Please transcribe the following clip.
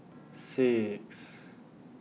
six